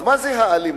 אז מה זאת האלימות?